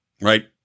right